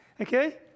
Okay